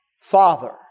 Father